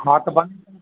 हा त भली अचनि